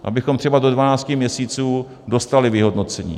Abychom třeba do 12 měsíců dostali vyhodnocení.